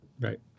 Right